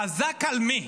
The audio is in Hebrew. חזק על מי?